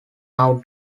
now